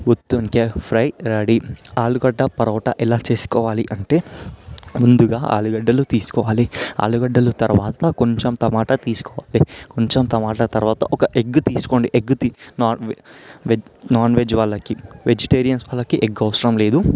గుత్తి వంకాయ fry ready ఆలుగడ్డ పరోటా ఎలా చేసుకోవాలి అంటే ముందుగా ఆలుగడ్డలు తీసుకోవాలి ఆలుగడ్డలు తరువాత కొంచెం టమాట తీసుకోవాలి కొంచెం టమాట తరువాత ఒక ఎగ్ తీసుకోండి ఎగ్ తీ non veg veg non veg వాళ్ళకి వెజిటేరియన్ వాళ్ళకి ఎగ్ అవసరం లేదు